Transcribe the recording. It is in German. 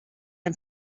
ein